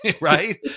right